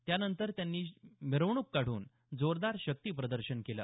त्यानंतर त्यांनी मिरवणूक काढून जोरदार शक्ती प्रदर्शन केले